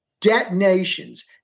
detonations